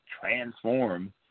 transform